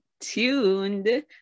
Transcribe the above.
tuned